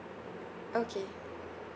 okay